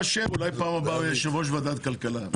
אולי הוא יהיה בפעם הבאה יושב-ראש ועדת הכלכלה.